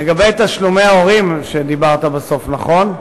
לגבי תשלומי ההורים שדיברת עליהם בסוף, נכון?